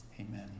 Amen